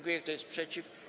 Kto jest przeciw?